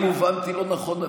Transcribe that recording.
אם הובנתי לא נכון,